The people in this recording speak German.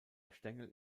stängel